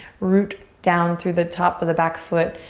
root down through the top of the back foot.